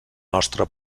nostre